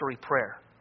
prayer